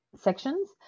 sections